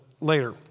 later